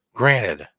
granted